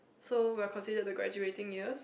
so we're considered the graduating years